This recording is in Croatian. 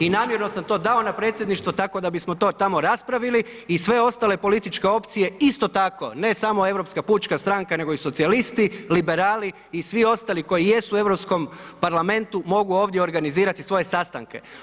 I namjerno sam to dao na predsjedništvo tako da bismo to tamo raspravili i sve ostale političke opcije isto tako, ne samo Europska pučka stranka nego i socijalisti, liberali i svi ostali koji jesu u Europskom parlamentu mogu ovdje organizirati svoje sastanke.